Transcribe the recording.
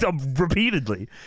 Repeatedly